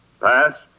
Pass